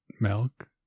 milk